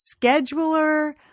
scheduler